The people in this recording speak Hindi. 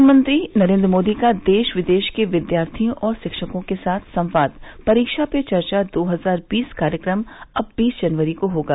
प्रधानमंत्री नरेन्द्र मोदी का देश विदेश के विद्यार्थियों और शिक्षकों के साथ संवाद परीक्षा पे चर्चा दो हजार बीस कार्यक्रम अब बीस जनवरी को होगा